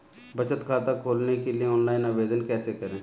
बचत खाता खोलने के लिए ऑनलाइन आवेदन कैसे करें?